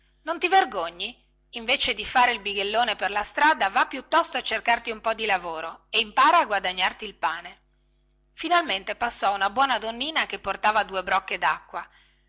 non ti vergogni invece di fare il bighellone per la strada và piuttosto a cercarti un po di lavoro e impara a guadagnarti il pane finalmente passò una buona donnina che portava due brocche dacqua